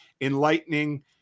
enlightening